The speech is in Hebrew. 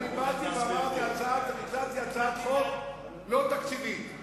באתי והצעתי הצעת חוק לא תקציבית.